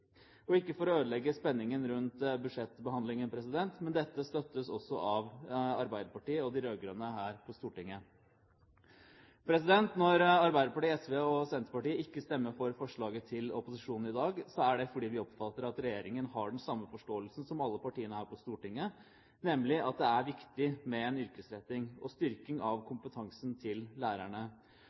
Og – ikke for å ødelegge spenningen rundt budsjettbehandlingen: Men dette støttes også av Arbeiderpartiet og de rød-grønne her på Stortinget. Når Arbeiderpartiet, SV og Senterpartiet ikke stemmer for forslaget til opposisjonen i dag, er det fordi vi oppfatter at regjeringen har den samme forståelsen som alle partiene her på Stortinget, nemlig at det er viktig med en yrkesretting og styrking av kompetansen til lærerne,